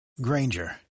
Granger